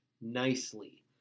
nicely